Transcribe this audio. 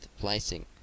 placing